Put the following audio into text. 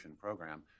program